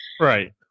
right